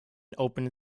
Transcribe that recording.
opened